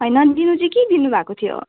होइन दिनु चाहिँ के दिनु भएको थियो